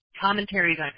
commentaries